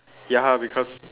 ya because